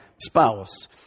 spouse